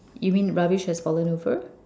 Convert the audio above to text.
you mean rubbish has fallen over